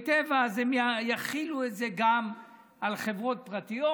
טבע אז הם יחילו את זה גם על חברות פרטיות,